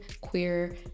queer